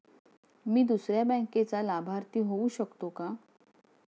मी दुसऱ्या बँकेचा लाभार्थी होऊ शकतो का?